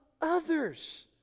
others